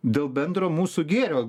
dėl bendro mūsų gėrio